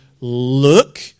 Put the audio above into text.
look